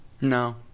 No